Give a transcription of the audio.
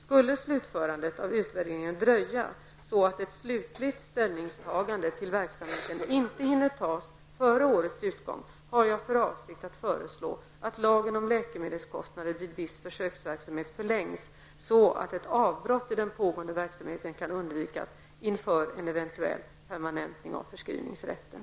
Skulle slutförandet av utvärderingen dröja så att ett slutligt ställningstagande till verksamheten inte hinner tas före årets utgång, har jag för avsikt att föreslå att lagen om läkemedelskostnader vid viss försöksverksamhet förlängs så att ett avbrott i den pågående verksamheten kan undvikas inför en eventuell permanentning av förskrivningsrätten.